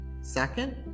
Second